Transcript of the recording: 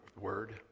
word